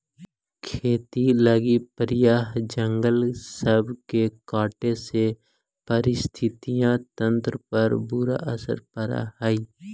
खेती लागी प्रायह जंगल सब के काटे से पारिस्थितिकी तंत्र पर बुरा असर पड़ हई